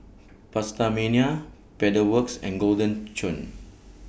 PastaMania Pedal Works and Golden Churn